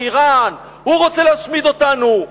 באירן: הוא רוצה להשמיד אותנו,